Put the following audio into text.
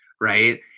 Right